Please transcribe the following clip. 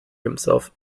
himself